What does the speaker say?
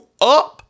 up